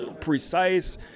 precise